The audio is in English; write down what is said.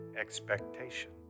expectation